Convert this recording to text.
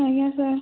ଆଜ୍ଞା ସାର୍